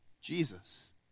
Jesus